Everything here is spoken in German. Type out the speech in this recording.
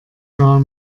gar